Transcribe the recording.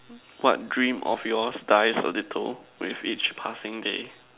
what dream of yours dies a little with each passing day